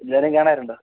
എല്ലാവരേയും കാണാറുണ്ടൊ